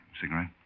Cigarette